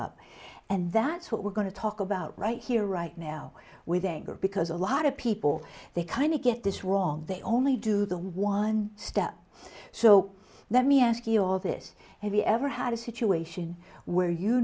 up and that's what we're going to talk about right here right now with anger because a lot of people they kind of get this wrong they only do the one step so let me ask you all this and we ever had a situation where you